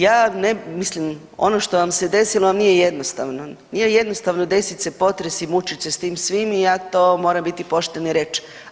Ja, mislim, ono što vam se desilo nije jednostavno, nije jednostavno desit se potres i mučiti se sa svim ti i ja to moram biti poštena i reći.